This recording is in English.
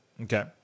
Okay